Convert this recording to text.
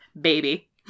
baby